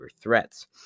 threats